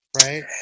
Right